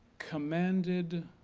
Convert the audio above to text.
commanded